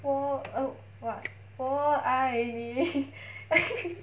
oh err what 我爱你